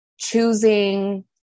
choosing